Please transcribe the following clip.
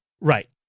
Right